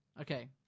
Okay